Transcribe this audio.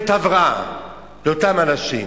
בית-הבראה לאותם אנשים.